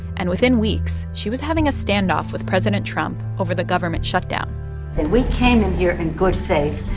and within weeks, she was having a standoff with president trump over the government shutdown and we came in here in good faith,